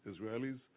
Israelis